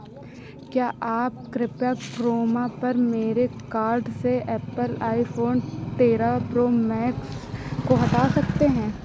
क्या आप कृपया क्रोमा पर मेरे कार्ट से एप्पल आईफोन तेरह प्रो मैक्स को हटा सकते हैं